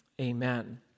amen